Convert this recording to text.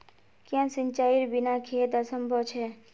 क्याँ सिंचाईर बिना खेत असंभव छै?